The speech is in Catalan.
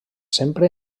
sempre